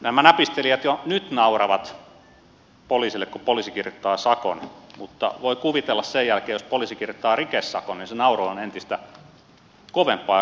nämä näpistelijät jo nyt nauravat poliisille kun poliisi kirjoittaa sakon mutta voi kuvitella sen jälkeen että jos poliisi kirjoittaa rikesakon niin se nauru on entistä kovempaa ja kauheampaa